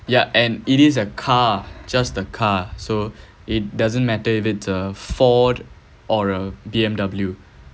yeah and it is a car just the car so it doesn't matter if it's a ford or a B_M_W